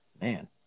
Man